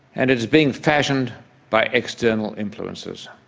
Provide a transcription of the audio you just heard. and it is being fashioned by external influences.